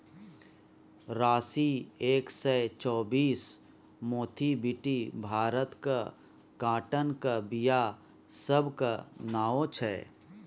राशी एक सय चौंतीस, मोथीबीटी भारतक काँटनक बीया सभक नाओ छै